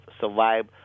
survive